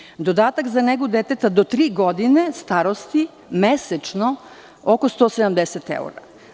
Sledeći je dodatak za negu deteta do tri godine starosti, mesečno oko 170 evra.